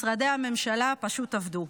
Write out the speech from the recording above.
משרדי הממשלה פשוט עבדו,